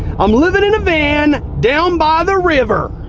i'm living in a van down by the river.